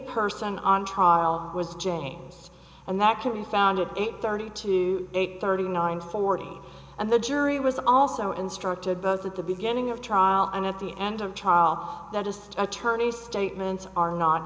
person on trial was james and that could be found at eight thirty to eight thirty nine forty and the jury was also instructed both at the beginning of trial and at the end of trial that just attorneys statements are not